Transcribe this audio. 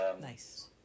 Nice